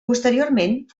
posteriorment